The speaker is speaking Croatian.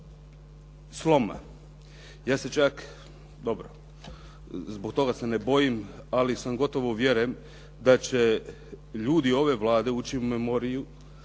sloma. Ja se čak, dobro zbog toga se ne bojim, ali sam gotovo uvjeren da će ljudi ove Vlade ući u memoriju